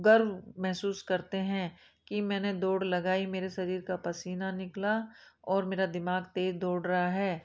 गर्व महसूस करते हैं कि मैंने दौड़ लगाई मेरे शरीर का पसीना निकला और मेरा दिमाग तेज़ दौड़ रहा है